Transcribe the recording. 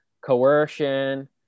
coercion